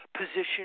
position